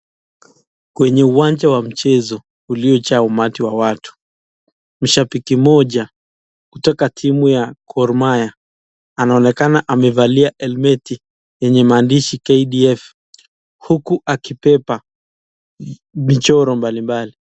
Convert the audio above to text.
Kwenye kiwanja wa mchezo uliyojaa umati wa watu msashabiki moja kutoka timu ya gro mahia anaonekana amevalia elmeti nyenye mandishi KDF huku akipepa michoro mbalimbali.